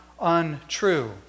untrue